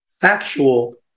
factual